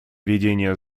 ведения